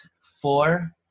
four